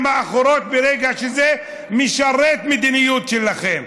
האחוריות ברגע שזה משרת את המדיניות שלכם.